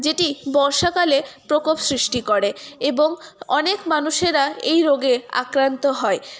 যেটি বর্ষাকালে প্রকোপ সৃষ্টি করে এবং অনেক মানুষেরা এই রোগে আক্রান্ত হয়